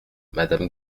madame